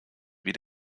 wie